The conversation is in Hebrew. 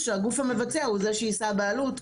שהגוף המבצע הוא זה שיישא בעלות,